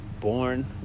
born